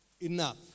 enough